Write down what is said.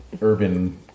urban